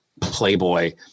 playboy